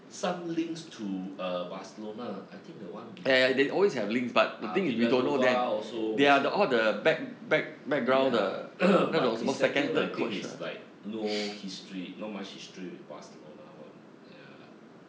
some links to err barcelona I think the one before ah milan nova also was ya but this satian I think is like no history not much history with barcelona [one] ya